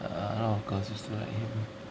err a lot of girls used to like him